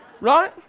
Right